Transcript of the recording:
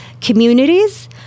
communities